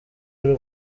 y’u